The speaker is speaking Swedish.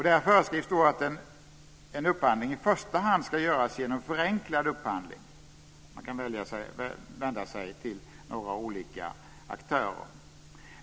Där föreskrivs att en upphandling i första hand ska göras genom förenklad upphandling. Man kan vända sig till några olika aktörer.